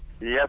Yes